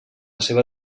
seva